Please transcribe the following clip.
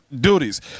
duties